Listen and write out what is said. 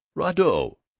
right-o!